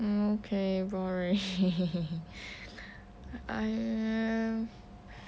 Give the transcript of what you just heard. mm okay boring I am